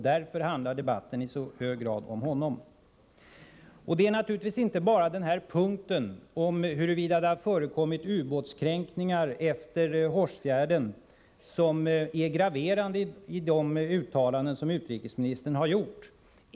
Därför handlar debatten i så hög grad om honom. Det är naturligtvis inte bara den här punkten om huruvida det har förekommit ubåtskränkningar efter Hårsfjärden som är graverande i de uttalanden som utrikesministern gjort.